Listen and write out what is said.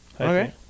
Okay